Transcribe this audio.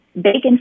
Bacon